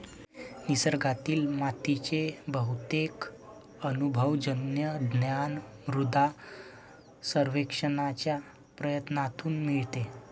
निसर्गातील मातीचे बहुतेक अनुभवजन्य ज्ञान मृदा सर्वेक्षणाच्या प्रयत्नांतून मिळते